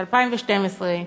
ב-2012,